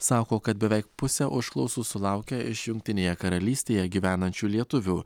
sako kad beveik pusę užklausų sulaukia iš jungtinėje karalystėje gyvenančių lietuvių